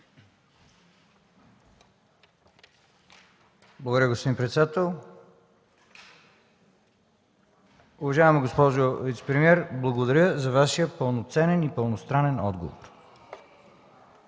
Благодаря, господин председател. Уважаема госпожо вицепремиер, благодаря за Вашия пълноценен и пълностранен отговор.